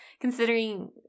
Considering